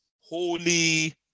holy